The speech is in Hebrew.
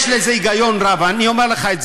יש בזה היגיון רב, אני אומר לך.